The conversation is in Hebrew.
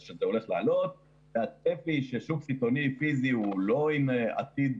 היה צפי ששוק סיטונאי הוא לא עם עתיד